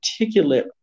articulate